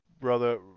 brother